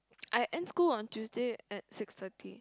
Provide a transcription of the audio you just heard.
I end school on Tuesday at six thirty